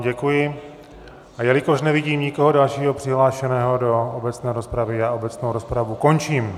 Děkuji vám, a jelikož nevidím nikoho dalšího přihlášeného do obecné rozpravy, obecnou rozpravu končím.